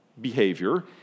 behavior